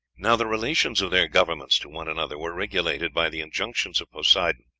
now, the relations of their governments to one another were regulated by the injunctions of poseidon,